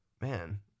man